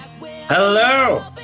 Hello